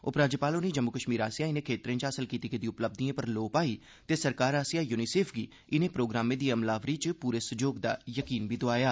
उपराज्यपाल होरें जम्मू कश्मीर आसेआ इनें खेत्तरें च हासल कीती गेदी उपलब्धिएं पर लोऽ पाई ते सरकार आसेआ यूनीसफ गी इनें प्रोग्रामें दी अमलावरी च पूरे सैह्योग दा यकीन बी दोआया